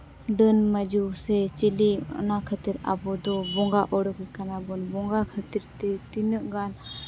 ᱰᱟᱹᱱ ᱢᱟᱹᱭᱡᱩ ᱥᱮ ᱪᱤᱞᱤ ᱚᱱᱟ ᱠᱷᱟᱹᱛᱤᱨ ᱟᱵᱚᱫᱚ ᱵᱚᱸᱜᱟ ᱱᱚᱰᱳᱠᱮ ᱠᱟᱱᱟ ᱵᱤᱱ ᱵᱚᱸᱜᱟ ᱠᱷᱟᱹᱛᱤᱨ ᱛᱤᱱᱟᱹᱜ ᱜᱟᱱ